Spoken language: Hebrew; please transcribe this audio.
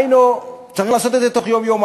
דהיינו, צריך לעשות את זה בתוך יום-יומיים.